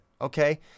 Okay